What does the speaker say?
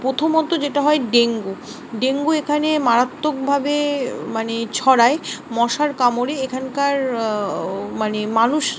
প্রথমত যেটা হয় ডেঙ্গু ডেঙ্গু এখানে মারাত্মকভাবে মানে ছড়ায় মশার কামড়ে এখানকার মানে মানুষরা